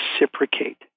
reciprocate